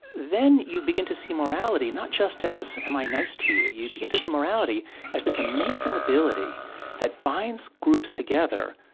then you begin to see morality not just as am i nice to you? you begin to see morality as this amazing ability that binds groups together